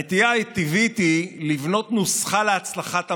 הנטייה הטבעית היא לבנות נוסחה להצלחת המחאה: